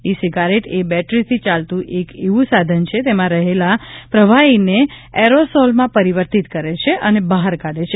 ઇ cigarette એ બેટરીથી ચાલતું એક એવું સાધન છે તેમાં રહેલા પ્રવાહીને એરોસોલમાં પરિવર્તિત કરે છે અને બહાર કાઢે છે